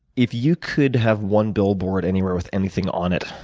if you could have one billboard anywhere with anything on it,